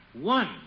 One